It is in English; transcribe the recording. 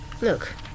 look